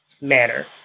manner